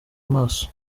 amaso